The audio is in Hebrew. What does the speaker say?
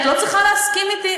את לא צריכה להסכים אתי.